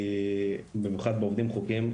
במיוחד בעובדים חוקיים,